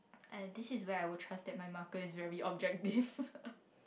and this is where I would trust that my marker is very objective